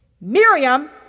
Miriam